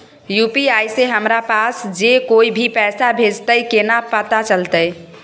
UPI से हमरा पास जे कोय भी पैसा भेजतय केना पता चलते?